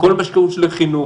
כל מה שקשור לחינוך,